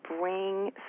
bring